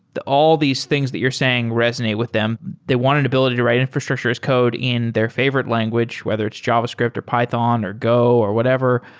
all these things that you're saying resonate with them. they want an ability to write infrastructure as code in their favorite language, whether it's javascript, or python, or go, or whatever.